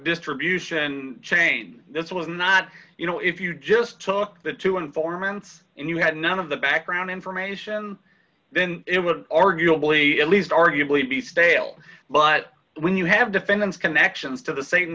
distribution chain this was not you know if you just took the two informants and you had none of the background information then it would arguably at least arguably be stale but when you have defendant's connections to the